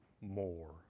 more